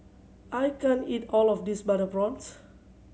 I can't eat all of this butter prawns